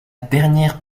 dernière